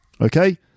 Okay